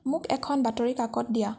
মোক এখন বাতৰি কাকত দিয়া